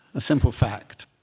ah simple fact,